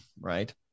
Right